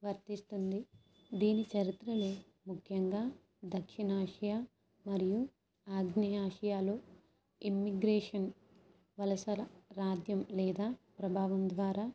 వర్తిస్తుంది దీని చరిత్రని ముఖ్యంగా దక్షిణాషియా మరియు ఆగ్నేయ ఆసియాలు ఇమిగ్రేషన్ వలసల రాద్యం లేదా ప్రభావం ద్వారా